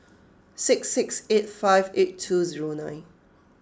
six six eight five eight two zero nine